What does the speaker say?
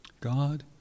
God